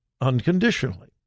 unconditionally